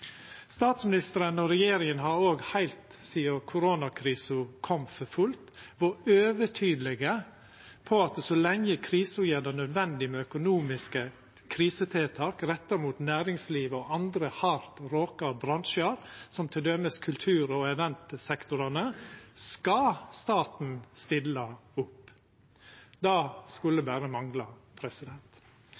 Statsministeren og regjeringa har òg heilt sidan koronakrisa kom for fullt, vore overtydelege på at så lenge krisa gjer det nødvendig med økonomiske krisetiltak retta mot næringslivet og andre hardt råka bransjar, som t.d. kultur- og eventsektorane, skal staten stilla opp. Det skulle berre mangla.